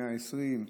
120,